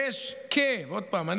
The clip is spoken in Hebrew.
עוד פעם,